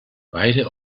beide